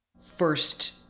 first